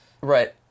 Right